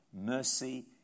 mercy